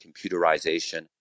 computerization